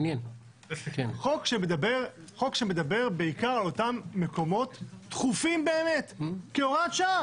חוק שמדבר בעיקר על אותם מקומות דחופים באמת כהוראת שעה.